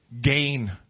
gain